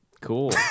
Cool